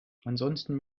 ansonsten